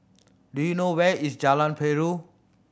do you know where is Jalan Perahu